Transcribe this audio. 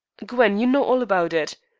gwen, you know all about it.